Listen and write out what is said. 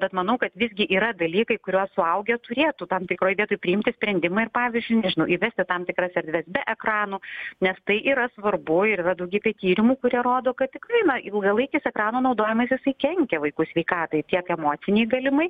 bet manau kad visgi yra dalykai kuriuos suaugę turėtų tam tikroj vietoj priimti sprendimą ir pavyzdžiui nežinau įvesti tam tikras erdves be ekranų nes tai yra svarbu ir yra daugybė tyrimų kurie rodo kad tikrai na ilgalaikis ekranų naudojimas jisai kenkia vaikų sveikatai tiek emocinei galimai